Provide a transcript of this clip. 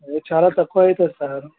అది చాలా తక్కువ అవుతుంది సార్